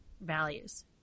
values